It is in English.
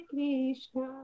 Krishna